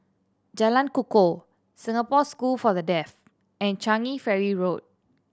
Jalan Kukoh Singapore School for The Deaf and Changi Ferry Road